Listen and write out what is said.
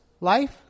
life